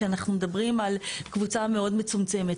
שאנחנו מדברים על קבוצה מאוד מצומצמת.